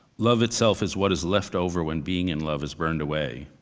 love itself is what is left over when being in love is burned away,